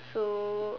so